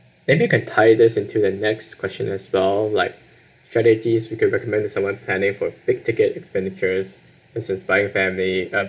and you can tie this into the next question as well like strategies we could recommend to someone planning for big ticket expenditures which is buying family uh